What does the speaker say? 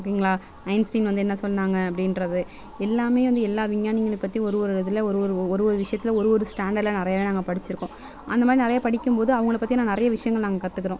ஓகேங்களா அயன்ஸ்டீன் வந்து என்ன சொன்னாங்க அப்படின்றது எல்லாமே வந்து எல்லா விஞ்ஞானிகள் பற்றியும் ஒரு ஒரு இதில் ஒரு ஒரு ஒரு ஒரு விஷயத்தில் ஒரு ஒரு ஸ்டாண்டர்ட்டில் நிறையவே நாங்கள் படிச்சுருக்கோம் அந்த மாதிரி நிறைய படிக்கும்போது அவங்கள பற்றி நிறைய விஷயங்கள் நாங்கள் கற்றுக்குறோம்